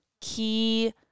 key